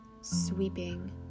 sweeping